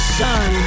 son